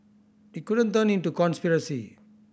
it couldn't turn into conspiracy